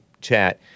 chat